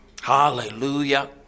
Hallelujah